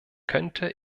könnte